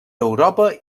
europa